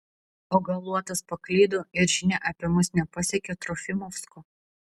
o gal luotas paklydo ir žinia apie mus nepasiekė trofimovsko